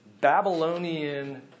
Babylonian